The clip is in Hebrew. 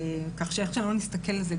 כך שאיך שלא נתסכל על זה,